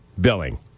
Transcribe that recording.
billing